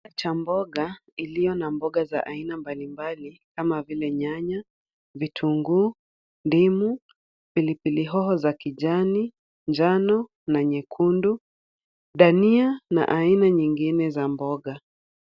Cha mboga iliyo na mboga za aina mbali mbali kama vile nyanya, vitunguu, ndimu, pilipili hoho za kijani, njano na nyekundu, dania na aina nyingine za mboga.